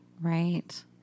Right